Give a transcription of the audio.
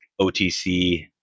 OTC